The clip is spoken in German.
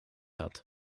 hat